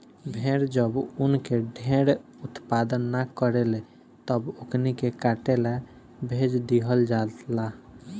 भेड़ जब ऊन के ढेर उत्पादन न करेले तब ओकनी के काटे ला भेज दीहल जाला